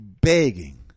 begging